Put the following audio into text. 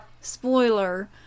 spoiler